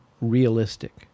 realistic